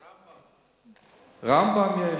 "רמב"ם".